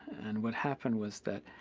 and what happened was that.